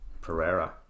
Pereira